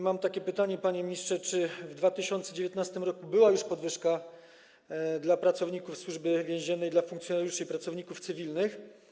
Mam takie pytanie, panie ministrze: Czy w 2019 r. była już podwyżka dla pracowników Służby Więziennej, dla funkcjonariuszy i pracowników cywilnych?